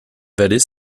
vallées